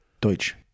Deutsch